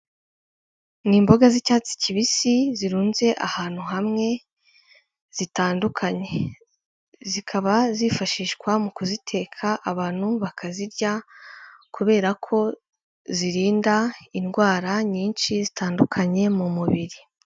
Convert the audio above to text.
Ni imboga z'icyatsi kibisi zirunze ahantu hamwe zitandukanye, zikaba zifashishwa mu kuziteka abantu bakazirya kubera ko zirinda indwara nyinshi zitandukanye mu mubiri.